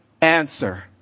answer